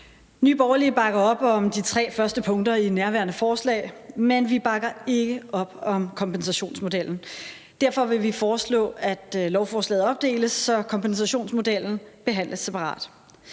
Nye Borgerlige bakker op om de tre første punkter i nærværende forslag, men vi bakker ikke op om kompensationsmodellen. Derfor vil vi foreslå, at lovforslaget opdeles, så kompensationsmodellen behandles separat.